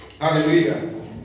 Hallelujah